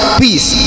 peace